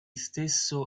stesso